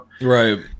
Right